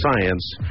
science